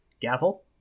Gavel